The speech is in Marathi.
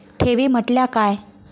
ठेवी म्हटल्या काय?